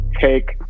take